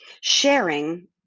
sharing